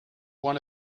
one